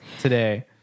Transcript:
today